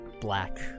black